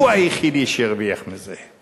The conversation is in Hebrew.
הוא היחידי שהרוויח מזה.